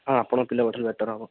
ହଁ ଆପଣ ପିଲା ପଠେଇଲେ ବେଟର୍ ହବ